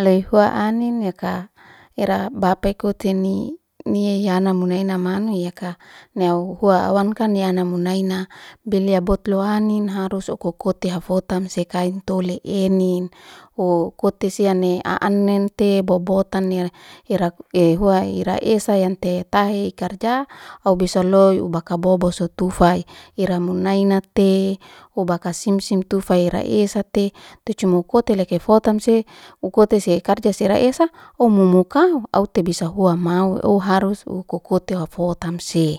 lehua annin ya ka ira bapa ikutin ni ni yahyana muna i na manu i ya ka nea hua awankan ni anak munai na belya botlo annin harus ukoko te hafotam sekain tole ennin ho kote sian ne aan'nente bobotan nera irak ehua ira esa yang te tahe karja au bisa loe ubaka bobo sotufai ira munai na te ubaka sim sim tufai ira esa te te cuma kote le keifotam se u kota se karja sera esa omomu kau au tebisa hua mau o harus u kukote hafotam se